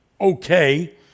okay